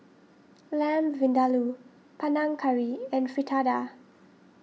Lamb Vindaloo Panang Curry and Fritada